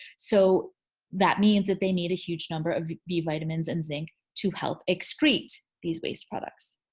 so that means that they need a huge number of b vitamins and zinc to help excrete these waste products.